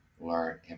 learn